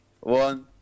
one